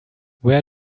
where